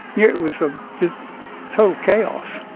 it was a total chaos